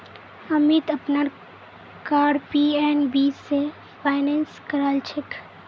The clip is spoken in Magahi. अमीत अपनार कार पी.एन.बी स फाइनेंस करालछेक